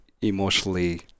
emotionally